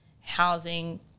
housing